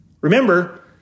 Remember